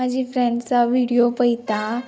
म्हाजी फ्रेंड्सां विडियो पयता